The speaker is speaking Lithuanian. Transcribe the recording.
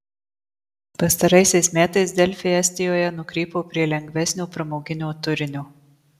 pastaraisiais metais delfi estijoje nukrypo prie lengvesnio pramoginio turinio